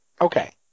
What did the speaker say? Okay